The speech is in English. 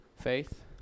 Faith